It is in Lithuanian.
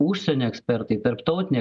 užsienio ekspertai tarptautiniai